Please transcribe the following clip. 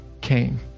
came